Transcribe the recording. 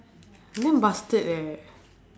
damn bastard eh